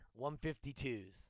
152s